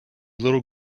little